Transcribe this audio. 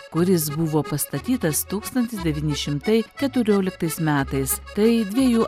kuris buvo pastatytas tūkstantis devyni šimtai keturioliktais metais tai dviejų